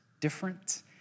different